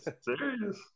serious